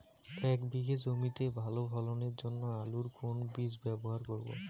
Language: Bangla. এক বিঘে জমিতে ভালো ফলনের জন্য আলুর কোন বীজ ব্যবহার করব?